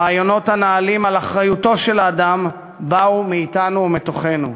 הרעיונות הנעלים על אחריותו של האדם באו מאתנו ומתוכנו.